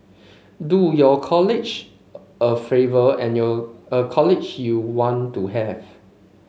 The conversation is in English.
do your colleague a favour and your a colleague you want to have